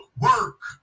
work